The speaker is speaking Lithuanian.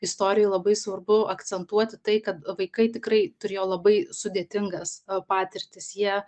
istorijoj labai svarbu akcentuoti tai kad vaikai tikrai turėjo labai sudėtingas patirtis jie